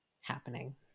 happening